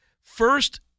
first